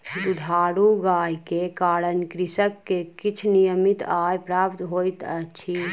दुधारू गाय के कारण कृषक के किछ नियमित आय प्राप्त होइत अछि